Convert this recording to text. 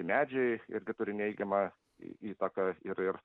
medžiai irgi turi neigiamą įtaką ir ir